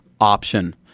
option